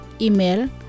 Email